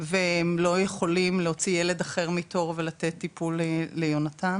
והם לא יכולים להוציא ילד אחר מתור ולתת טיפול ליונתן.